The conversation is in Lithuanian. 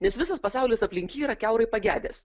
nes visas pasaulis aplink jį yra kiaurai pagedęs